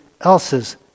else's